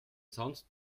sonst